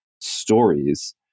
stories